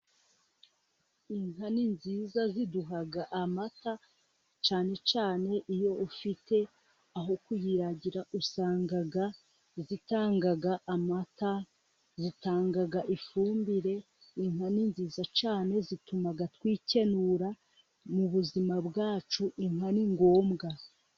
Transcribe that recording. Inka ni nziza ziduha amata, cyane cyane iyo ufite aho kuyiragira, usanga zitanga amata, zitanga ifumbire, inka ni nziza cyane, zituma twikenura mu buzima bwacu. inka ni ngombwa.